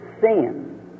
sin